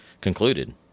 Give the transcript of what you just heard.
concluded